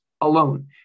alone